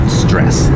stress